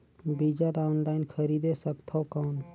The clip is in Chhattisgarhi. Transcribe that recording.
बीजा ला ऑनलाइन खरीदे सकथव कौन?